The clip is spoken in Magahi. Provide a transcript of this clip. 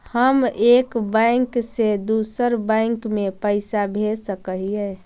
हम एक बैंक से दुसर बैंक में पैसा भेज सक हिय?